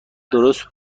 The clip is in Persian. درست